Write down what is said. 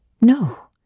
No